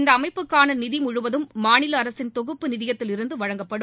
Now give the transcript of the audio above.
இந்த அமைப்புக்கான நிதி முழுவதும் மாநில அரசின் தொகுப்பு நிதியத்தில் இருந்து வழங்கப்படும்